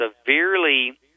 severely